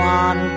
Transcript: one